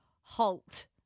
Halt